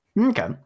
Okay